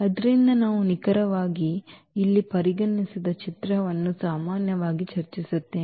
ಆದ್ದರಿಂದ ನಾವು ನಿಖರವಾಗಿ ನಾವು ಇಲ್ಲಿ ಪರಿಗಣಿಸಿದ ಚಿತ್ರವನ್ನು ಸಾಮಾನ್ಯವಾಗಿ ಚರ್ಚಿಸುತ್ತೇವೆ